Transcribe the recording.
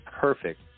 perfect